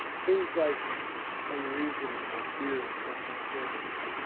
things like unreasonable fears or concerns.